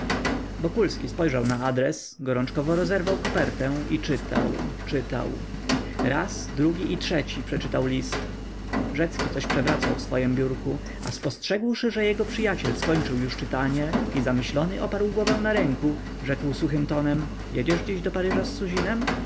łęckich wokulski spojrzał na adres gorączkowo rozerwał kopertę i czytał czytał raz drugi i trzeci przeczytał list rzecki coś przewracał w swojem biurku a spostrzegłszy że jego przyjaciel skończył już czytanie i zamyślony oparł głowę na ręku rzekł suchym tonem jedziesz dziś do paryża z